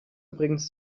übrigens